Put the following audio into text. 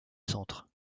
centre